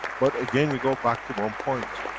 but again, we go back to one point.